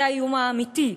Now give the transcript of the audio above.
זה האיום האמיתי.